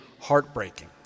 heartbreaking